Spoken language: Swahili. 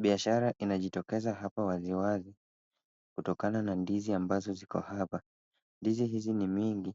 Biashara inajitokeza hapa waziwazi, kutokana na ndizi ambazo ziko hapa. Ndizi hizi ni mingi,